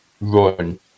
run